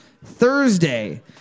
Thursday